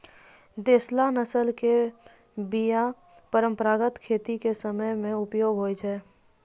देशला नस्ल के बीया परंपरागत खेती के समय मे उपयोग होय छै